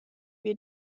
wir